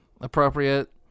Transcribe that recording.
appropriate